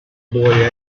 boy